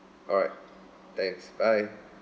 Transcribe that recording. alright thanks bye